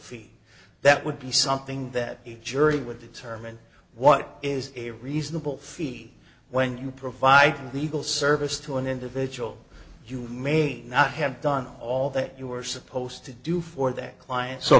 fee that would be something that a jury would determine what is a reasonable fee when you provide legal service to an individual you may not have done all the you were supposed to do for their client so